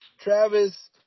Travis